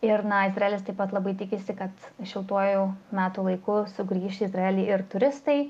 ir na izraelis taip pat labai tikisi kad šiltuoju metų laiku sugrįš į izraelį ir turistai